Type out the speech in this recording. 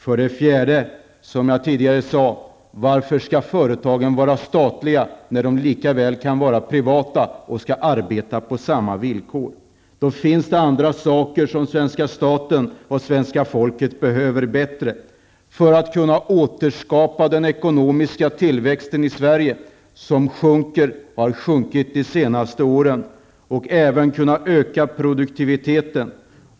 För det fjärde, som jag tidigare sade: Varför skall företagen vara statliga när de lika väl kan vara privata och arbeta på samma villkor? Det finns andra saker som svenska staten och svenska folket behöver bättre för att kunna återskapa den ekonomiska tillväxten i Sverige, som minskar och har minskat de senaste åren, och även kunna öka produktiviteten.